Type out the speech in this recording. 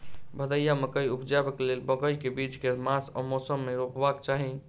भदैया मकई उपजेबाक लेल मकई केँ बीज केँ मास आ मौसम मे रोपबाक चाहि?